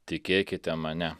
tikėkite mane